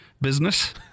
Business